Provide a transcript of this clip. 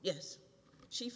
yes she